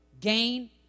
gain